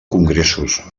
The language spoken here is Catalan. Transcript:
congressos